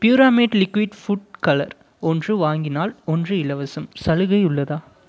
பியூராமேட் liquid food colour ஒன்று வாங்கினால் ஒன்று இலவசம் சலுகை உள்ளதா